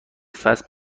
فصل